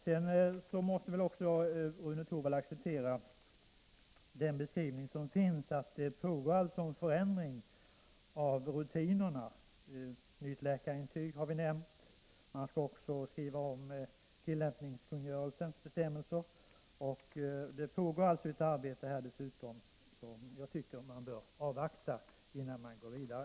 Sedan måste väl också Rune Torwald acceptera den beskrivning som lämnats, att det pågår en förändring av rutinerna. Nytt läkarintyg har vi nämnt. Man skall också skriva om tillämpningskungörelsens bestämmelser. Det pågår alltså ett arbete som jag tycker att man bör avvakta, innan man går vidare.